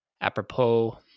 apropos